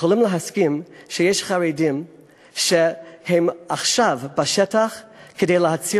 יכולים להסכים שיש חרדים שהם עכשיו בשטח כדי להציל